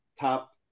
top